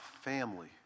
family